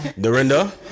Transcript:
Dorinda